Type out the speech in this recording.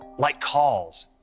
like calls.